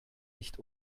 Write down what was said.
nicht